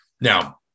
Now